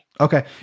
Okay